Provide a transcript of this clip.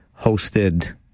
hosted